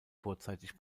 vorzeitig